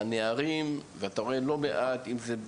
הנערים עובדים, ולא מעט מהם.